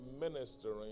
ministering